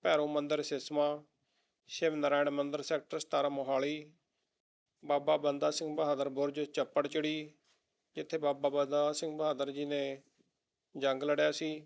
ਭੈਰੋਂ ਮੰਦਰ ਸਿਸਮਾ ਸ਼ਿਵ ਨਰਾਇਣ ਮੰਦਿਰ ਸੈਕਟਰ ਸਤਾਰ੍ਹਾਂ ਮੋਹਾਲੀ ਬਾਬਾ ਬੰਦਾ ਸਿੰਘ ਬਹਾਦਰ ਬੁਰਜ ਚੱਪੜਚਿੜੀ ਜਿੱਥੇ ਬਾਬਾ ਬੰਦਾ ਸਿੰਘ ਬਹਾਦਰ ਜੀ ਨੇ ਜੰਗ ਲੜਿਆ ਸੀ